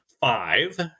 five